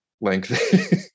lengthy